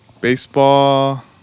Baseball